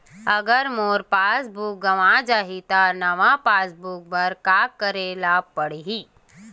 अगर मोर passbook गवां जाहि त नवा पास बुक बर का करे ल पड़हि?